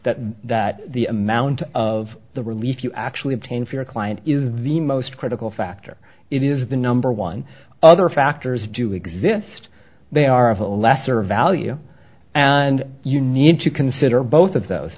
that that the amount of the relief you actually obtain for your client is the most critical factor it is the number one other factors do exist they are of a lesser value and you need to consider both of those